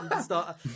Start